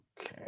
Okay